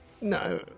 No